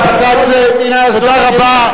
חברת הכנסת אבסדזה, תודה רבה.